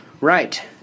Right